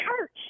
church